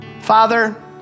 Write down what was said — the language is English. Father